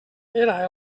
era